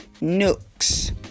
Nooks